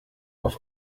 auf